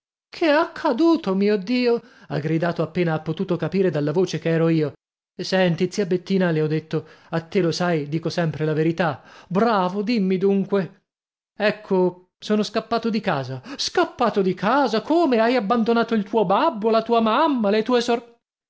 che è accaduto mio dio ha gridato appena ha potuto capire dalla voce che ero io senti zia bettina le ho detto a te lo sai dico sempre la verità bravo dimmi dunque ecco sono scappato di casa scappato di casa come hai abbandonato il tuo babbo la tua mamma le tue